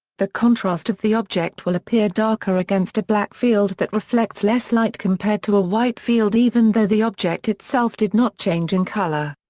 the contrast of the object will appear darker against a black field that reflects less light compared to a white field even though the object itself did not change in color.